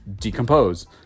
decompose